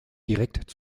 direkt